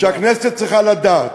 שהכנסת צריכה לדעת